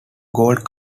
gold